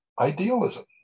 idealism